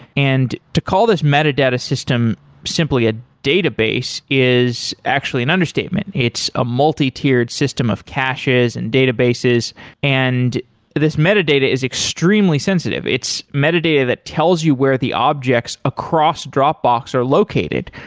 and to call this metadata system simply a database is actually an understatement. it's a multitiered system of caches and databases and this metadata is extremely sensitive. it's metadata that tells you where the objects across dropbox are located.